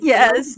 Yes